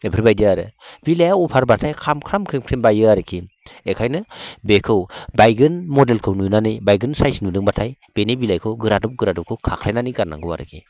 बेफोरबायदि आरो बिलाइआ अभारबाथाय ख्राम ख्राम ख्रिम ख्रिम बायो आरोकि बेनिखायनो बेखौ बायगोन मडेलखौ नुनानै बायगोन साइज नुदोंबाथाय बेनि बिलाइखौ गोरादब गोरादबखौ खाख्लायनानै गारनांगौ आरोकि